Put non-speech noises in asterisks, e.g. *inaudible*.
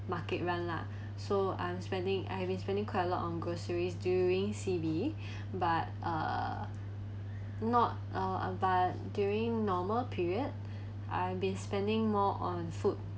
market run lah so I'm spending I've been spending quite a lot on groceries during C_B *breath* but uh not uh but during normal period I've been spending more on food